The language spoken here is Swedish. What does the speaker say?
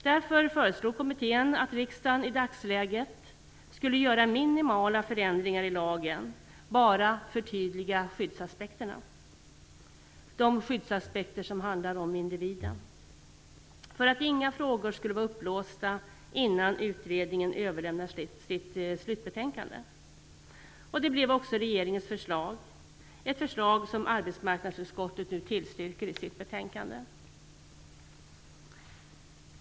Därför föreslog kommittén att riksdagen i dagsläget skulle göra minimala förändringar i lagen och bara förtydliga skyddsaspekterna för individen, för att inga frågor skall vara upplåsta innan utredningen överlämnar sitt slutbetänkande. Det blev också regeringens förslag. Det är ett förslag som arbetsmarknadsutskottet nu tillstyrker i sitt betänkande.